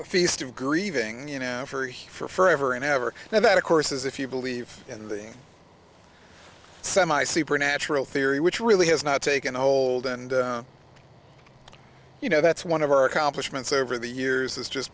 day feast of grieving you know for him for forever and ever and that of course is if you believe in the semi supernatural theory which really has not taken hold and you know that's one of our accomplishments over the years is just